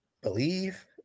believe